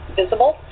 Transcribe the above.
visible